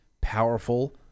powerful